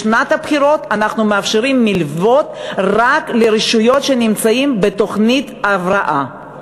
בשנת הבחירות אנחנו מאפשרים מלוות רק לרשויות שנמצאות בתוכנית הבראה.